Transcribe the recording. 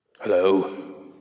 Hello